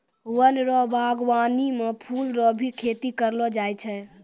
वन रो वागबानी मे फूल रो भी खेती करलो जाय छै